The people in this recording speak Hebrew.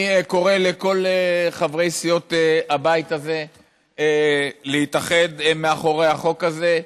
אני קורא לכל חברי סיעות הבית הזה להתאחד מאחורי החוק הזה,